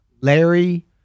Larry